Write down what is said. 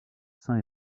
sain